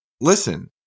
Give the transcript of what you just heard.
listen